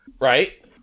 Right